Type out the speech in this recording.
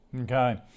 Okay